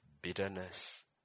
bitterness